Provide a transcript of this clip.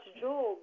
Job